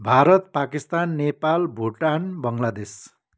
Bharat Pakistan Nepal Bhutan Bangladesh